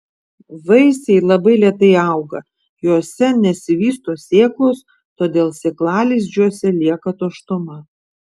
vaisiai labai lėtai auga juose nesivysto sėklos todėl sėklalizdžiuose lieka tuštuma